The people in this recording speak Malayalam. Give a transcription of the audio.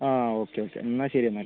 ഓക്കെ ഓക്കെ എന്നാൽ ശരി എന്നാൽ